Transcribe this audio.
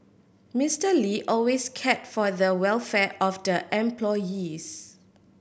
Mister Lee always cared for the welfare of the employees